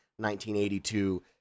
1982